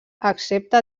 excepte